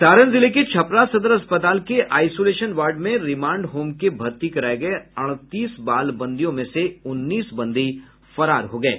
सारण जिले के छपरा सदर अस्पताल के आइसोलेशन वार्ड में रिमांड होम के भर्ती कराये गये अड़तीस बाल बंदियों में से उन्नीस बंदी फरार हो गये